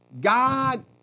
God